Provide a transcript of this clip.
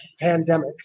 pandemic